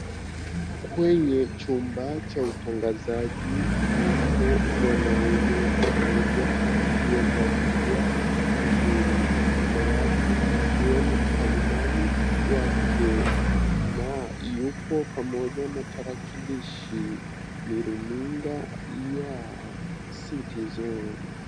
Kwenye chumba cha utangazaji yupo mwanaume mmoja aliyevalia vizuri na kando yake ikiwa ni mkalimani wake na yupo pamoja na tarakilishi, ni Runinga ya Citizen.